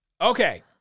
Okay